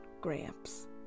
Gramps